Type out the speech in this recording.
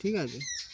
ঠিক আছে